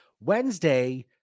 Wednesday